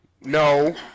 No